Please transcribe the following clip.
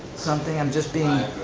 something, i'm just being?